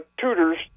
tutors